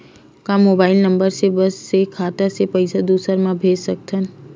का mobile number बस से खाता से पईसा दूसरा मा भेज सकथन?